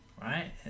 right